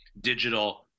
Digital